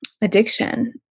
addiction